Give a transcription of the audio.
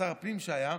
שר הפנים שהיה,